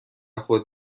خود